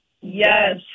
Yes